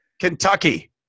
Kentucky